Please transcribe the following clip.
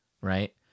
right